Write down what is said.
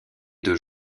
deux